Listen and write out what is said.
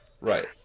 Right